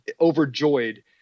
overjoyed